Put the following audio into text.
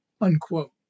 Unquote